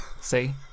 see